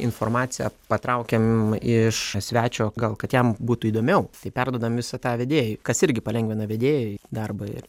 informaciją patraukiam iš svečio gal kad jam būtų įdomiau tai perduodam visą tą vedėjui kas irgi palengvina vedėjui darbą ir